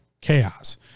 chaos